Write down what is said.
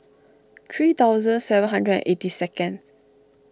three thousand seven hundred and eighty second